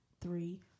three